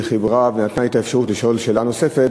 והיא נתנה לי את האפשרות לשאול שאלה נוספת,